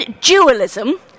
dualism